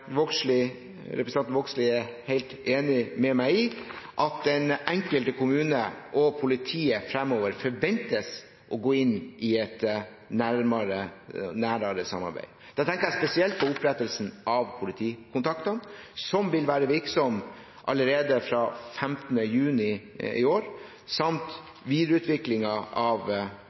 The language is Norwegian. representanten Vågslid er helt enig med meg i, at den enkelte kommune og politiet fremover forventes å gå inn i et nærere samarbeid. Da tenker jeg spesielt på opprettelsen av politikontaktene, som vil være virksomme allerede fra 15. juni 2017, samt videreutviklingen av